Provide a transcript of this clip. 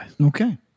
Okay